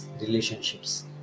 relationships